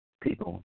people